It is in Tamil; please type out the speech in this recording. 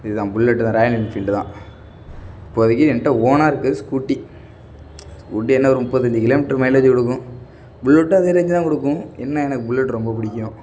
இது தான் புல்லெட்டு தான் ராயல் என்ஃபீல்டு தான் இப்போதைக்கி என்கிட்ட ஓனா இருக்கிறது ஸ்கூட்டி ஸ்கூட்டி என்ன ஒரு முப்பத்தஞ்சு கிலோ மீட்ரு மைலேஜு கொடுக்கும் புல்லெட்டும் அதே ரேஞ்ச் தான் கொடுக்கும் என்ன எனக்கு புல்லெட் ரொம்பப் பிடிக்கும்